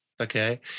okay